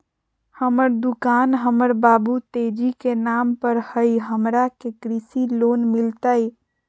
हमर दुकान हमर बाबु तेजी के नाम पर हई, हमरा के कृषि लोन मिलतई?